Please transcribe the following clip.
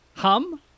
Hum